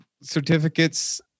certificates